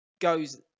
goes